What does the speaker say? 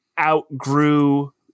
outgrew